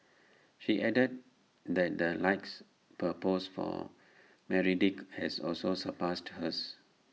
she added that the likes per post for Meredith has also surpassed hers